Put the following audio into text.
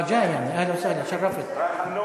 אהלן וסהלן, חמש דקות.